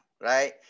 right